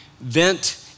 vent